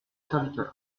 serviteur